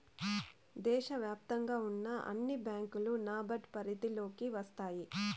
దేశ వ్యాప్తంగా ఉన్న అన్ని బ్యాంకులు నాబార్డ్ పరిధిలోకి వస్తాయి